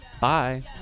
bye